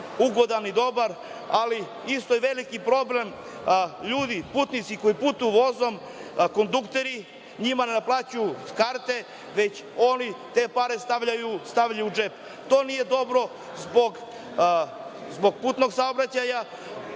ugodan i dobar, ali isto je veliki problem ljudi, putnici koji putuju vozom, kondukteri njima ne naplaćuju karte, već oni te pare stavljaju u džep. To nije dobro zbog putnog saobraćaja